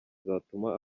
zatuma